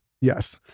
Yes